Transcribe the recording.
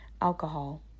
Alcohol